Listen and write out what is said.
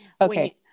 Okay